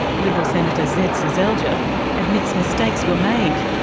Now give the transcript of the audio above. liberal senator zed seselja admits mistakes were made,